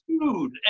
food